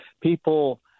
People